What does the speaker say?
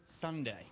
Sunday